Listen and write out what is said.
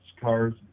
cars